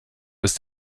ist